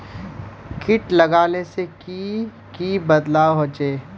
किट लगाले से की की बदलाव होचए?